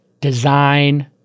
design